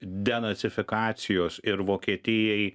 denacifikacijos ir vokietijai